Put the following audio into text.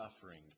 suffering